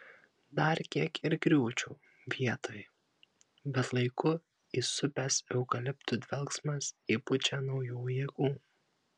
dar kiek ir griūčiau vietoj bet laiku įsupęs eukaliptų dvelksmas įpučia naujų jėgų